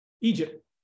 Egypt